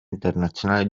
internazionale